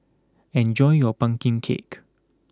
enjoy your pumpkin cake